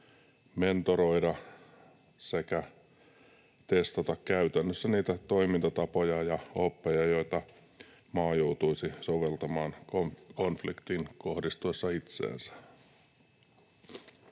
mentoroida sekä testata käytännössä niitä toimintatapoja ja oppeja, joita maa joutuisi soveltamaan konfliktin kohdistuessa siihen